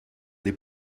des